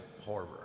horror